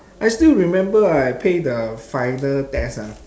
I still remember I pay the final test ah